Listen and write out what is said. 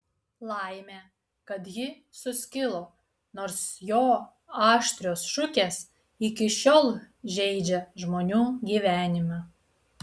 laimė kad ji suskilo nors jo aštrios šukės iki šiol žeidžia žmonių gyvenimą